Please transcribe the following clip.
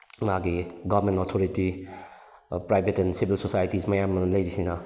ꯃꯥꯒꯤ government authority private and civil societies ꯃꯌꯥꯝ ꯑꯃ ꯂꯩꯔꯤꯁꯤꯅ